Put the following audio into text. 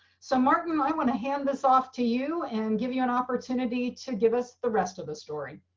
so martin. i want to hand this off to you and give you an opportunity to give us the rest of the story.